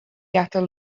atal